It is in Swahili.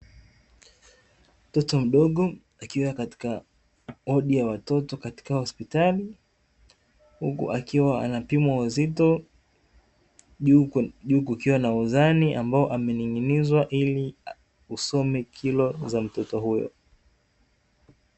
Mtoto mdogo akiwa katika wodi ya watoto katika hospitali; huku akiwa anapima uzito, juu kukiwa na uzani akining'inizwa ili usome kilo za mtoto huyo.